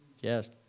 Yes